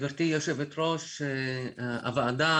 גברתי יושבת-ראש הוועדה,